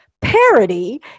parody